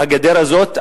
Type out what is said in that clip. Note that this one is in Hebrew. את הגדר הזאת,